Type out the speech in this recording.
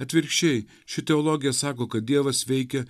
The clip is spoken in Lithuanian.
atvirkščiai ši teologija sako kad dievas veikia